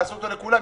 עשו אותו לכולם,